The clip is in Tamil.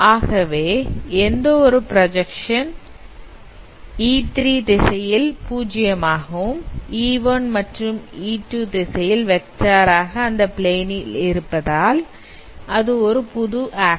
ஆகவே எந்த ஒரு பிராஜக்சன் e3 திசையில் பூஜ்ஜியம் ஆகவும் e1 மற்றும் e2 திசையில் வெக்டார் ஆக அந்த பிளேனில் இருப்பதால் அது ஒரு புது ஆக்சிஸ்